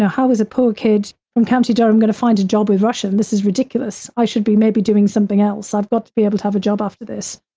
how is a poor kid from county durham going to find a job with russia, this is ridiculous, i should be maybe doing something else. i've got to be able to have a job after this.